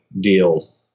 deals